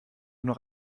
noch